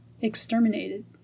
exterminated